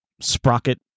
sprocket